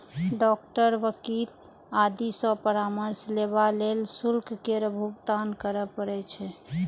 doctor, वकील आदि सं परामर्श लेबा लेल शुल्क केर भुगतान करय पड़ै छै